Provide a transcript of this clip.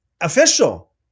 official